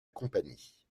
compagnie